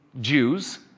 Jews